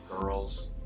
girls